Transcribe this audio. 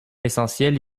essentielle